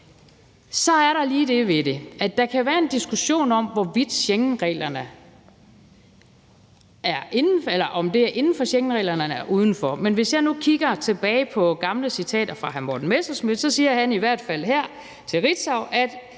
Så er der lige det ved det, at der kan være en diskussion om, hvorvidt det er inden for eller uden for Schengenreglerne. Men hvis jeg nu kigger tilbage på gamle citater fra hr. Morten Messerschmidt, siger han i hvert fald her til Ritzau, at